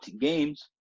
games